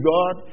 God